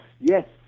yes